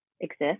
exist